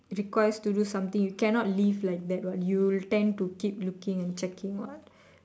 requires to do something you cannot leave like that what you tend to keep looking and checking what